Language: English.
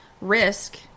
Risk